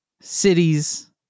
cities